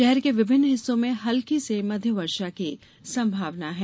शहर के विभिन्न हिस्सों में हलकी से मध्य वर्षा की संभावना है